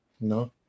no